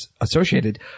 associated